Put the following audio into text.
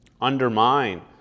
undermine